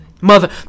Mother